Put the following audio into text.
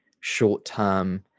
short-term